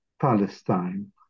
Palestine